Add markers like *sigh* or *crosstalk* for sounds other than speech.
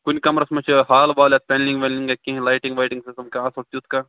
کُنہِ کمرس منٛز چھِ حال وال یتھ پیٚنلِنٛگ ویٚنٛلِنٛگ یا کیٚنٛہہ لایٹِنٛگ وایٹِنٛگ *unintelligible* تیُتھ کانٛہہ